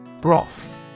Broth